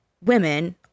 women